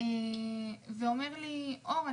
הוא התקשר אליי ואמר: אור,